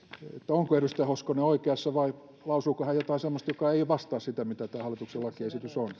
onko edustaja hoskonen oikeassa vai lausuuko hän jotain semmoista joka ei vastaa sitä mitä tämä hallituksen lakiesitys on